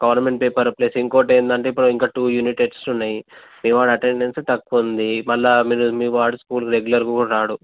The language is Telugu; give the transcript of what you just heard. గవర్నమెంట్ పేపర్ ప్లస్ ఇంకొకటి ఏంటంటే ఇప్పుడు ఇంకా టూ యూనిట్ టెస్ట్స్ ఉన్నాయి మీ వాడి అటెండెన్స్ తక్కువ ఉంది మళ్ళీ మీ వాడు స్కూల్కి రెగ్యులర్గా కూడా రాడు